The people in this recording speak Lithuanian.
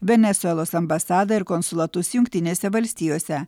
venesuelos ambasadą ir konsulatus jungtinėse valstijose